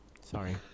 Sorry